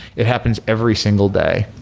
it happens every single day,